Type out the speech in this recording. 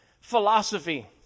philosophy